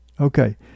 okay